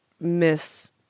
Miss